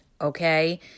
okay